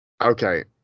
Okay